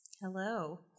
Hello